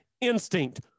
instinct